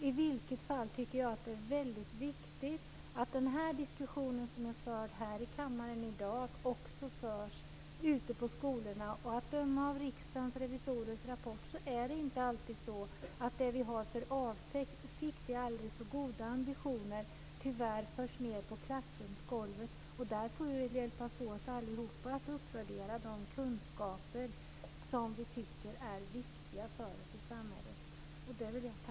I varje fall tycker jag att det är väldigt viktigt att den diskussion som förts här i kammaren i dag också förs ute på skolorna. Att döma av Riksdagens revisorers rapport är det tyvärr inte alltid så att det som vi med aldrig så goda ambitioner har för avsikt förs ned på klassrumsgolvet. Därför får vi allihop hjälpas åt att uppvärdera de kunskaper som vi tycker är viktiga för oss i samhället. Jag tackar för detta.